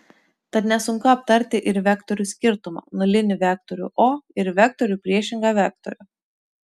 tad nesunku aptarti ir vektorių skirtumą nulinį vektorių o ir vektoriui priešingą vektorių